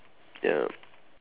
ya